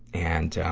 and, um,